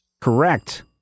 Correct